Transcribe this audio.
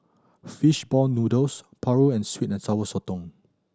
fish ball noodles paru and sweet and Sour Sotong